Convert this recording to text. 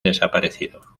desaparecido